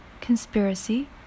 conspiracy